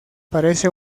parece